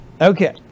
okay